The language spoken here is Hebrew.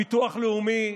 ביטוח לאומי,